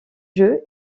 jeu